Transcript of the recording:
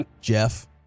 jeff